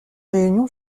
réunion